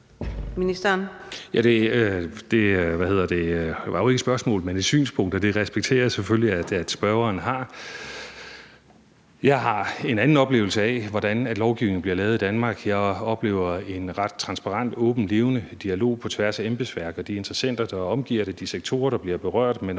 Det var jo ikke et spørgsmål, men en et synspunkt, og det respekterer jeg selvfølgelig at spørgeren har. Jeg har en anden oplevelse af, hvordan lovgivningen bliver lavet i Danmark. Jeg oplever, at der er en ret transparent, åben, levende dialog på tværs af embedsværket og de interessenter, der omgiver det, og de sektorer, der bliver berørt, og